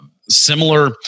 similar